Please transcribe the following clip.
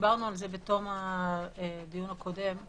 דיברנו על זה בתום הדיון הקודם.